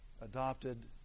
adopted